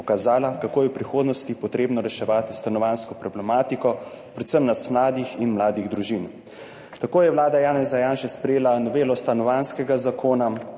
pokazala, kako je v prihodnosti potrebno reševati stanovanjsko problematiko predvsem nas mladih in mladih družin. Tako je vlada Janeza Janše sprejela novelo Stanovanjskega zakona,